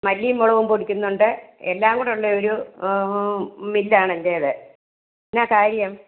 മല്ലിയും മൊളവും പൊടിക്കുന്നുണ്ട് എല്ലാം കൂടെ ഉള്ള ഒരു മില്ലാണ് എൻ്റേത് എന്നാ കാര്യം